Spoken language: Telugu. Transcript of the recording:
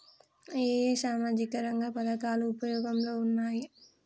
ఏ ఏ సామాజిక రంగ పథకాలు ఉపయోగంలో ఉన్నాయి?